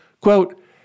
quote